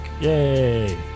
yay